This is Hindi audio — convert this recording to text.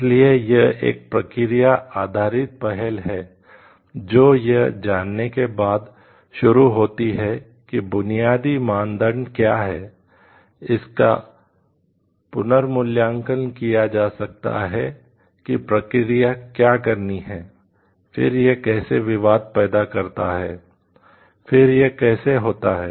इसलिए यह एक प्रक्रिया आधारित पहल है जो यह जानने के बाद शुरू होती है कि बुनियादी मानदंड क्या हैं इसका पुनर्मूल्यांकन किया जा सकता है कि प्रक्रिया क्या करनी है फिर यह कैसे विवाद पैदा करता है फिर यह कैसे होता है